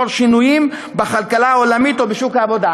לאור שינויים בכלכלה העולמית או בשוק העבודה,